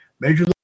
Major